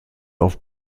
auf